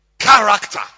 character